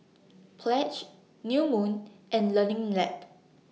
Pledge New Moon and Learning Lab